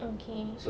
okay